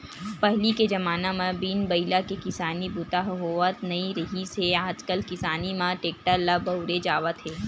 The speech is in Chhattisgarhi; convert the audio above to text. पहिली के जमाना म बिन बइला के किसानी बूता ह होवत नइ रिहिस हे आजकाल किसानी म टेक्टर ल बउरे जावत हे